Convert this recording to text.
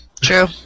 True